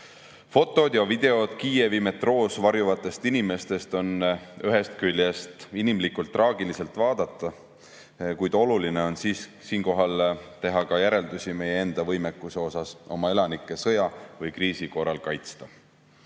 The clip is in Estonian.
Fotod ja videod Kiievi metroos varjuvatest inimestest on ühest küljest inimlikult traagilised vaadata, kuid oluline on siinkohal teha ka järeldusi meie enda võimekuse kohta oma elanikke sõja või kriisi korral kaitsta. Oma